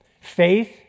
Faith